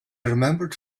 remembered